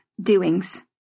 Doings